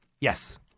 Yes